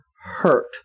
hurt